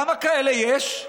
כמה כאלה יש?